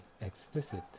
explicit